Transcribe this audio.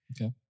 Okay